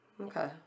okay